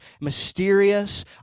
mysterious